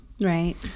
Right